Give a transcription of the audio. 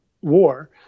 war